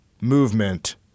movement